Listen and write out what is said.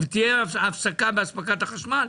תהיה הפסקה באספקת החשמל?